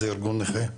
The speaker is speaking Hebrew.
זה ארגון נכה.